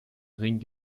ring